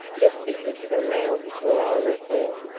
just because of a row before i was born.